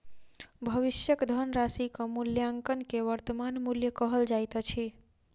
भविष्यक धनराशिक मूल्याङकन के वर्त्तमान मूल्य कहल जाइत अछि